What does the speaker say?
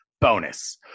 bonus